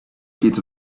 gates